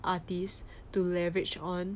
artist to leverage on